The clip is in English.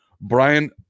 Brian